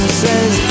says